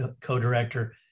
co-director